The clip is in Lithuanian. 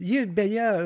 ji beje